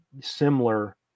similar